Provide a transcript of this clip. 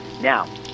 Now